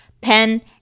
pen